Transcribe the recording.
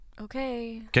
Okay